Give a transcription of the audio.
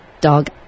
dog